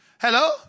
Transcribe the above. Hello